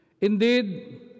Indeed